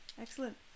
Excellent